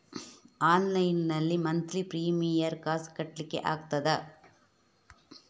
Online ನಲ್ಲಿ monthly premium ಕಾಸ್ ಕಟ್ಲಿಕ್ಕೆ ಆಗ್ತದಾ?